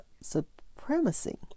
Supremacy